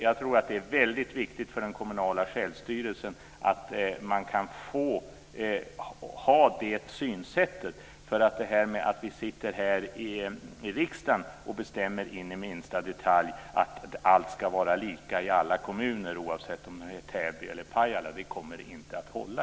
Jag tror att det är väldigt viktigt för den kommunala självstyrelsen att man kan ha det synsättet. Det kommer inte att hålla i längden att vi sitter här i riksdagen och bestämmer in i minsta detalj att allt ska vara lika i alla kommuner, oavsett om det är Täby eller Pajala.